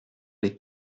les